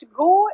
go